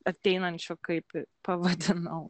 ateinančių kaip pavadinau